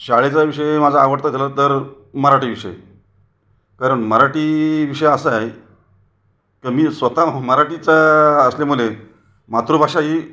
शाळेचा विषय माझा आवडता झाला तर मराठी विषय कारण मराठी विषय असा आहे का मी स्वतः मराठीचा असल्यामुळे मातृभाषा ही